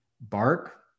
bark